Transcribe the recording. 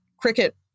cricket